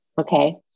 Okay